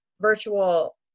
virtual